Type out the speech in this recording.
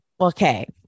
okay